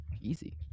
easy